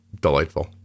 delightful